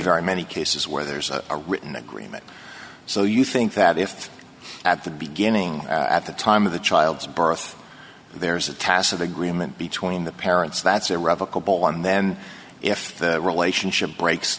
very many cases where there's a written agreement so you think that if at the beginning at the time of the child's birth there's a tacit agreement between the parents that's irrevocable and then if the relationship breaks